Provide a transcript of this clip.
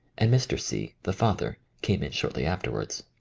and mr. c, the father, came in shortly afterwards.